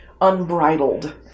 unbridled